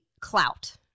clout